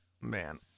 man